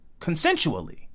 consensually